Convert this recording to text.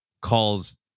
calls